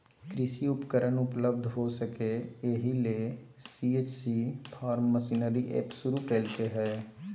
कृषि उपकरण उपलब्ध हो सके, इहे ले सी.एच.सी फार्म मशीनरी एप शुरू कैल्के हइ